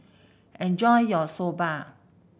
enjoy your Soba